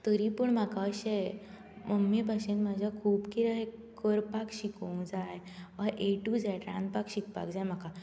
तरी पूण म्हाका अशे मम्मी भशेन म्हाज्या खूब कितें करपाक शिकूंक जाय अहे ए टू झेड रांदपाक शिकपाक जाय म्हाका